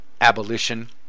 abolition